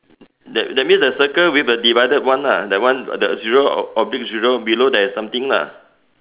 that that means the circle with a divided one lah that one the zero oblique zero below there's something lah